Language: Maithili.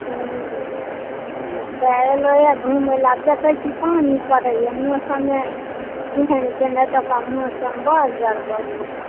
हुँ एतऽ एलहुँ घुमए लऽ आब देखैत छी पानि पड़ैए मौसमे तेहन केने एतुका मौसम बड़ गड़बड़ यऽ